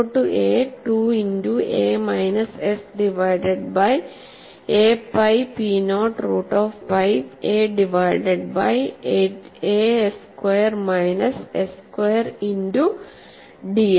0 to a 2 into a minus s divided by a pi p naught root of pi a divided by a square minus s square into ds